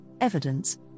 evidence